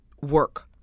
work